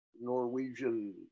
Norwegian